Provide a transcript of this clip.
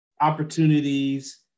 opportunities